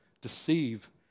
deceive